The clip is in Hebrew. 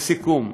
לסיכום,